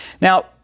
now